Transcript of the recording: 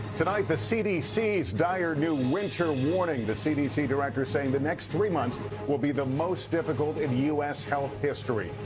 tonight the cdc's dire new winter warning, the cdc director saying the next fly months will be the most difficult in u s. health history.